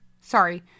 sorry